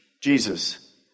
Jesus